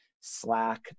Slack